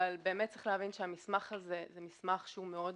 אבל באמת צריך להבין שהמסמך הזה הוא מסמך שהוא מאוד